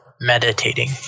meditating